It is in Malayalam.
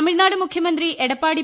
തമിഴ്നാട് മുഖ്യമന്ത്രി എടപ്പാടി കെ